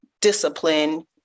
discipline